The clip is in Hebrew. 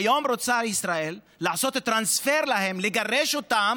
היום רוצה ישראל לעשות להם טרנספר, לגרש אותם.